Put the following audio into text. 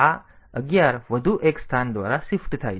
તેથી આ 11 વધુ એક સ્થાન દ્વારા શિફ્ટ થાય છે